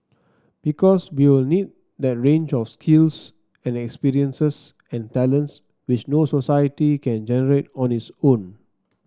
because we'll need that range of skills and experiences and talents which no society can generate on its own